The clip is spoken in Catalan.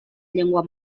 llengua